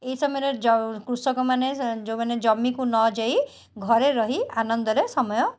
ଏହି ସମୟରେ ଯେଉଁ କୃଷକମାନେ ଯେଉଁମାନେ ଜମିକୁ ନଯାଇ ଘରେ ରହି ଆନନ୍ଦରେ ସମୟ